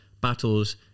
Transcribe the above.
battles